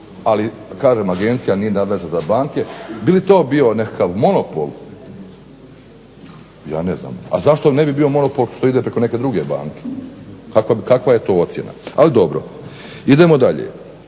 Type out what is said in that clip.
ali kažem agencija nije nadležna za banke, bi li to bio nekakav monopol? Ja ne znam. A zašto ne bi bio monopol što ide preko neke druge banke, kakva je to ocjena? Ali dobro, idemo dalje.